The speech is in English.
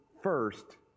first